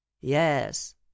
yes